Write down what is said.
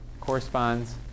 corresponds